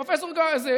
פרופ' גמזו,